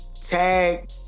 Tag